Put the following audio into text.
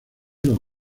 los